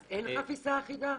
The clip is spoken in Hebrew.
אז אין חפיסה אחידה?